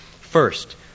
First